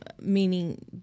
Meaning